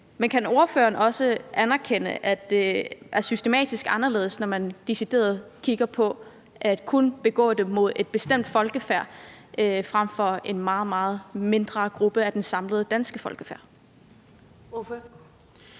men kan ordføreren også anerkende, at det er meget anderledes, når det drejer sig om decideret systematisk kun at begå dem mod et bestemt folkefærd frem for en meget, meget mindre gruppe af det danske folkefærd?